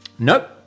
Nope